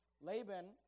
Laban